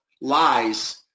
Lies